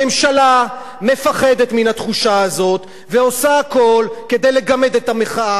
הממשלה מפחדת מן התחושה הזאת ועושה הכול כדי לגמד את המחאה,